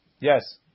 Yes